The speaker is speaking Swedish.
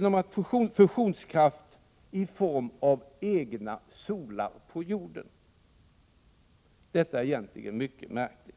vara fusionskraft i form av egna solar på jorden. Detta är egentligen mycket märkligt.